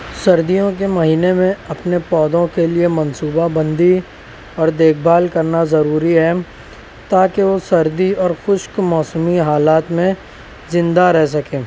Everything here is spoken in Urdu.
سردیوں کے مہینے میں اپنے پودوں کے لیے منصوبہ بندی اور دیکھ بھال کرنا ضروری ہے تا کہ وہ سردی اور خشک موسمی حالات میں زندہ رہ سکیں